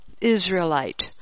Israelite